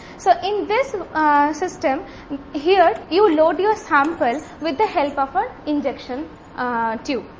so, in this um system here you load your sample with the help of an injection tube.